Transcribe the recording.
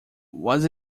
was